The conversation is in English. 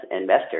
investors